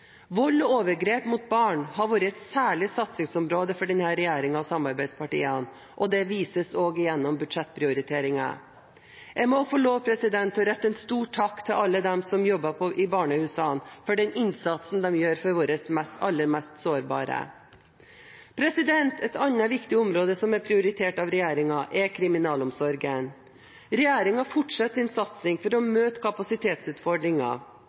Vold og overgrep mot barn har vært et særlig satsingsområde for denne regjeringen og samarbeidspartiene, og det vises også gjennom budsjettprioriteringen. Jeg må få lov til å rette en stor takk til alle dem som jobber i barnehusene for den innsatsen de gjør for våre aller mest sårbare. Et annet viktig område som er prioritert av regjeringen, er kriminalomsorgen. Regjeringen fortsetter sin satsing for å møte kapasitetsutfordringer,